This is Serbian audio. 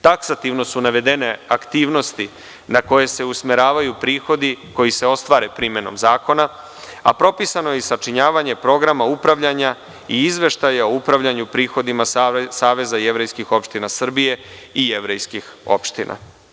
Taksativno su navedene aktivnosti na koje se usmeravaju prihodi koji se ostvare primenom zakona, a propisano je i sačinjavanje programa upravljanja i izveštaja o upravljanju prihodima Saveza jevrejskih opština Srbije i jevrejskih opština.